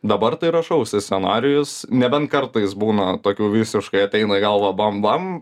dabar tai rašausi scenarijus nebent kartais būna tokių visiškai ateina į galvą bam bam